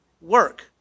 Work